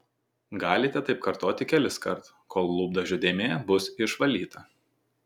galite taip kartoti keliskart kol lūpdažio dėmė bus išvalyta